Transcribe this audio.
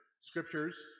scriptures